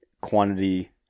quantity